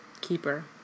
keeper